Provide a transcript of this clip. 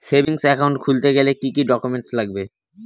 Savings account খুলতে গেলে কি কি ডকুমেন্টস লাগবে?